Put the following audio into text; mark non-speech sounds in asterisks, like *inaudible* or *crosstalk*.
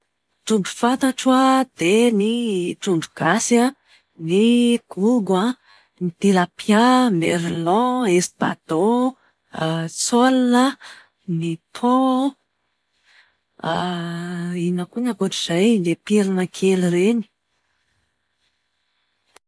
Trondro fantatro a, dia ny trodro gasy a, ny gogo a, ny tilapia, merlan, espadon, *hesitation* sole, thon, *hesitation* inona koa ny ankoatr'izay? Ilay pirina kely ireny.